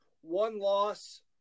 one-loss